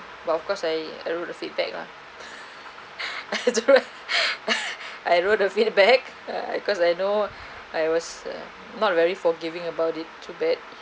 but of course I wrote a feedback lah I had to write I wrote of feedback uh because I know I was uh not very forgiving about it too bad